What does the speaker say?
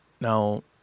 Now